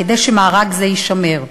כדי שמארג זה יישמר.